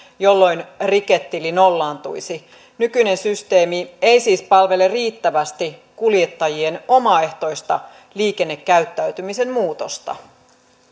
jolloin riketili nollaantuisi nykyinen systeemi ei siis palvele riittävästi kuljettajien omaehtoista liikennekäyttäytymisen muutosta puheenvuoroja